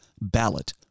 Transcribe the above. ballot